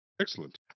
Excellent